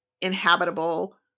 inhabitable